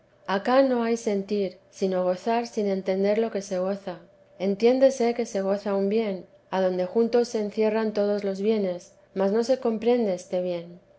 acá no hay sentir sino gozar sin entender lo que se goza entiéndese que se goza un bien adonde junto se encierran todos los bienes mas no se comprehende este bien